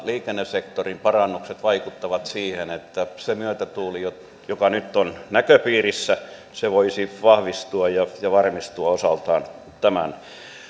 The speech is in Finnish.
liikennesektorin parannukset osaltaan vaikuttavat siihen että se myötätuuli joka joka nyt on näköpiirissä voisi vahvistua ja varmistua osaltaan